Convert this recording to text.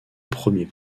premier